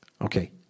Okay